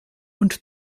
und